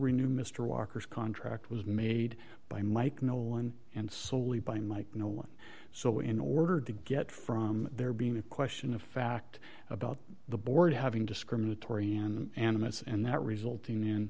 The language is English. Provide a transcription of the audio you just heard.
renew mr walker's contract was made by mike nolan and solely by mike no one so in order to get from there being a question of fact about the board having discriminatory and animists and that resulting in